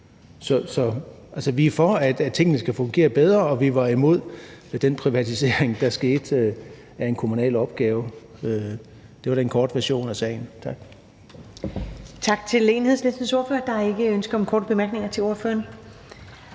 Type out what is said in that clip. vi er for, at tingene skal fungere bedre, og vi var imod den privatisering af en kommunal opgave, der fandt sted. Det var den korte version af sagen. Tak.